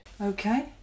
okay